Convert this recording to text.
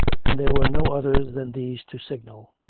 and there were no others than these to signal.